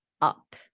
up